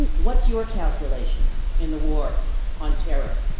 what's your calculation in the war on terror?